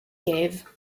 gave